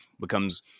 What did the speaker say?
becomes